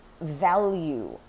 value